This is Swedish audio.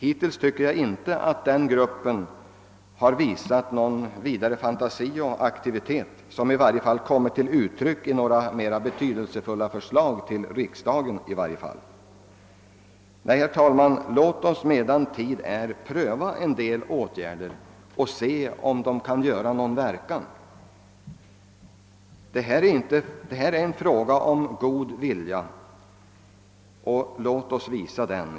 Jag tycker dock att denna grupp hittills inte visat någon större fantasi och aktivitet, i varje fall inte på ett sådant sätt som kommer till uttryck i mera betydelsefulla förslag till riksdagen. Nej, herr talman, låt oss medan tid är pröva en del åtgärder och se om de kan göra någon verkan! Detta är en fråga om god vilja — låt oss visa den!